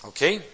Okay